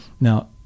Now